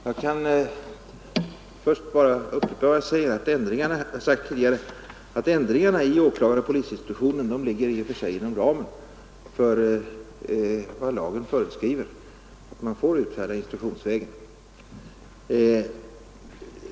Herr talman! Jag kan först bara upprepa att ändringarna i polisinstruktionen ligger inom ramen för det i lagen föreskrivna området för vad som får utfärdas instruktionsvägen.